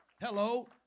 Hello